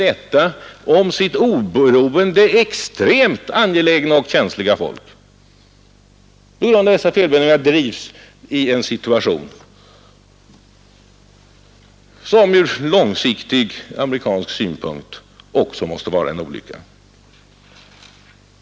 Detta om sitt oberoende så extremt angelägna och känsliga vietnamesiska folk har av den amerikanska politiken drivits in i en situation, som från långsiktig amerikansk synpunkt kan bli olycklig.